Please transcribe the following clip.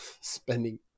spending